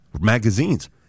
magazines